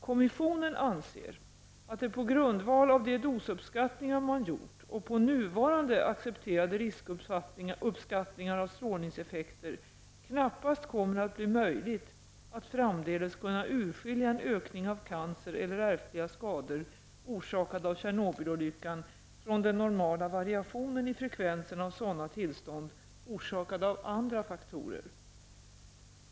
Kommissionen anser att det på grundval av de dosuppskattningar man gjort och på nuvarande accepterade riskuppskattningar av strålningseffekter knappast kommer att bli möjligt att framdeles urskilja en ökning av cancer eller ärftliga skador orsakad av Tjernobylolyckan från den normala variationen i frekvensen av sådana tillstånd orsakade av andra faktorer.